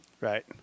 Right